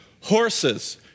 horses